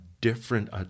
different